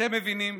אתם מבינים?